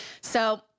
So-